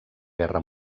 guerra